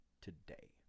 today